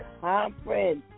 Conference